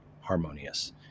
harmonious